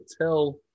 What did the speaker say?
tell